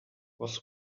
was